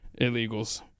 illegals